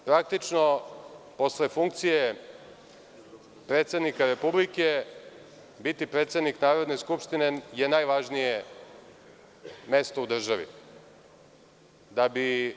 Praktično posle funkcije predsednika Republike biti predsednik Narodne skupštine je najvažnije mesto u državi.